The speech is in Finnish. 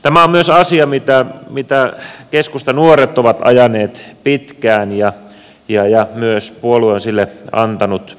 tämä on myös asia mitä keskustanuoret ovat ajaneet pitkään ja myös puolue on sille antanut tukensa